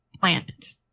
planet